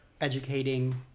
educating